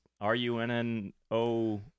R-U-N-N-O